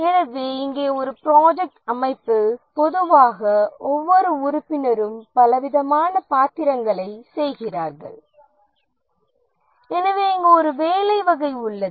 எனவே இங்கே ஒரு ப்ராஜெக்ட் அமைப்பில் பொதுவாக ஒவ்வொரு உறுப்பினரும் பலவிதமான பாத்திரங்களைச் செய்கிறார்கள் எனவே இங்கே ஒரு வேலை வகை உள்ளது